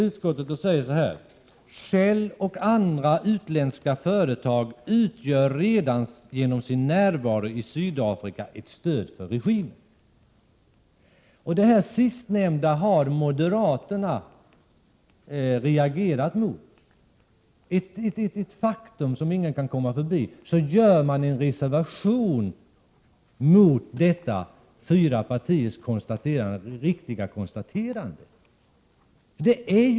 Utskottet fortsätter: ”Shell och andra utländska företag utgör redan genom sin närvaro i Sydafrika ett stöd för regimen.” Det sistnämnda har moderaterna reagerat mot, ett faktum som ingen kan komma ifrån. Moderaterna reserverar sig mot detta fyra partiers riktiga konstaterande.